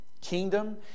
kingdom